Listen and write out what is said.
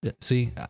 See